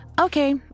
Okay